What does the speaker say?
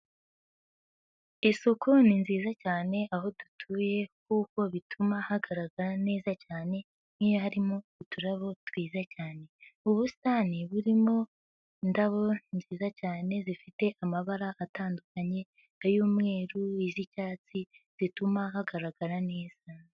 Isuku ni nziza cyane aho dutuye kuko bituma hagaragara neza cyane nk'iyo harimo uturarabo twiza cyane, ubusitani burimo indabo nziza cyane zifite amabara atandukanye, ay'umweru, iz'icyatsi zituma hagaragara neza.